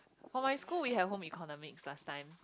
for my school we have home economics last time